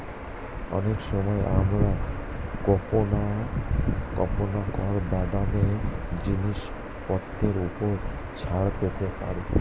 অনেক সময় আমরা কুপন এর মাধ্যমে জিনিসপত্রের উপর ছাড় পেতে পারি